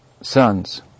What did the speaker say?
sons